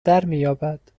درمیابد